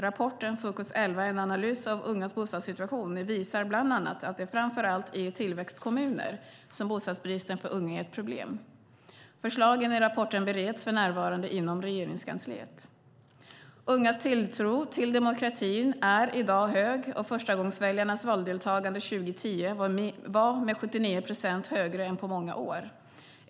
Rapporten Fokus 11 - en analys av ungas bostadssituation visar bland annat att det framför allt är i tillväxtkommuner som bostadsbristen för unga är ett problem. Förslagen i rapporten bereds för närvarande inom Regeringskansliet. Ungas tilltro till demokratin är i dag hög, och förstagångsväljarnas valdeltagande 2010 var med 79 procent högre än på många år.